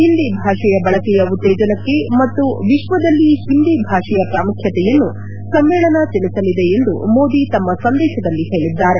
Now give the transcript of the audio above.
ಹಿಂದಿ ಭಾಷೆಯ ಬಳಕೆಯ ಉತ್ತೇಜನಕ್ಕೆ ಮತ್ತು ವಿಶ್ವದಲ್ಲಿ ಹಿಂದಿ ಭಾಷೆಯ ಪ್ರಾಮುಖ್ಯತೆಯನ್ನು ಸಮ್ಮೇಳನ ತಿಳಿಸಲಿದೆ ಎಂದು ಮೋದಿ ತಮ್ಮ ಸಂದೇಶದಲ್ಲಿ ಹೇಳಿದ್ದಾರೆ